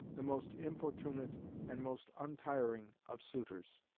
the most importunate and most untiring of suitors.